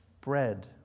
bread